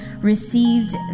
received